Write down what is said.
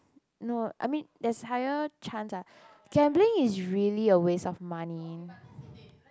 no I mean there's higher chance ah gambling is really a waste of money